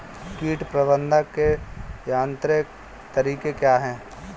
कीट प्रबंधक के यांत्रिक तरीके क्या हैं?